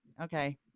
Okay